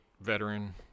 veteran